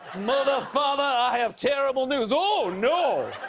mother, father, i have terrible news! oh, no!